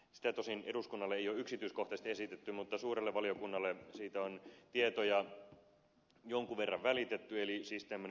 sitä tosin eduskunnalle ei ole yksityiskohtaisesti esitetty mutta suurelle valiokunnalle siitä on tietoja jonkun verran välitetty eli siis tämmöinen yhteistoimintalausunto